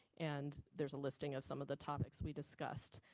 and there's a listing of some of the topics we discussed.